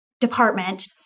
department